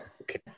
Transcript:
Okay